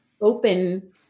open